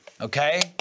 Okay